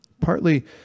Partly